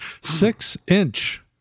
Six-inch